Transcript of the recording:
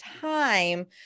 time